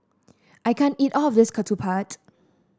I can't eat all of this ketupat